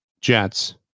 jets